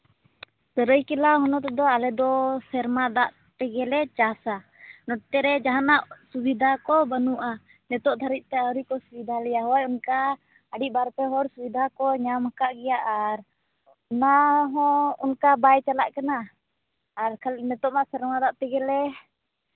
ᱥᱟᱹᱨᱟᱹᱭᱠᱮᱞᱟ ᱦᱚᱱᱚᱛ ᱨᱮᱫᱚ ᱟᱞᱮ ᱫᱚ ᱥᱮᱨᱢᱟ ᱫᱟᱜ ᱛᱮᱜᱮ ᱞᱮ ᱪᱟᱥᱼᱟ ᱱᱚᱛᱮ ᱨᱮ ᱡᱟᱦᱟᱱᱟᱜ ᱥᱩᱵᱤᱫᱷᱟ ᱠᱚ ᱵᱟᱹᱱᱩᱜᱼᱟ ᱱᱤᱛᱚᱜ ᱫᱷᱟᱹᱨᱤᱡ ᱛᱮ ᱟᱹᱣᱨᱤ ᱠᱚ ᱚᱱᱠᱟ ᱟᱹᱰᱤ ᱵᱟᱨᱯᱮ ᱦᱚᱲ ᱥᱩᱵᱤᱫᱷᱟ ᱠᱚ ᱧᱟᱢ ᱠᱟᱜ ᱜᱮᱭᱟ ᱟᱨ ᱚᱱᱟᱦᱚᱸ ᱚᱱᱠᱟ ᱵᱟᱭ ᱪᱟᱞᱟᱜ ᱠᱟᱱᱟ ᱟᱨ ᱠᱷᱟᱱ ᱱᱤᱛᱚᱜ ᱢᱟ ᱥᱮᱨᱢᱟ ᱫᱟᱜ ᱛᱮᱜᱮᱞᱮ